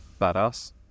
Badass